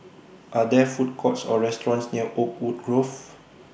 Are There Food Courts Or restaurants near Oakwood Grove